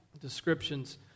descriptions